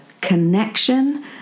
connection